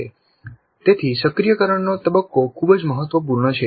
તેથી સક્રિયકરણનો તબક્કો ખૂબ જ મહત્વપૂર્ણ છે